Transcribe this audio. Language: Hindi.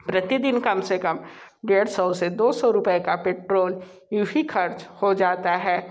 प्रतिदिन कम से कम डेढ़ सौ से दो सौ रुपये का पेट्रोल यूँ ही खर्च हो जाता है